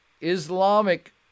Islamic